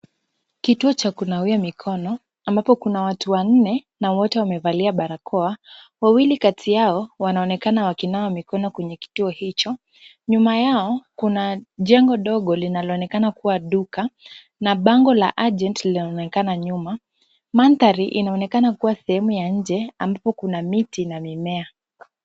Kituo cha kunawia mikono ambopo kuna watu wanne na wote wamevalia barakoa, wawili kati yao kuna jengo dogo linaloonekana kuwa duka, na bango la agent linaonekana nyuma. Mandhari linaonekana kuwa sehemu ya nje ambapo kuna miti na mimea.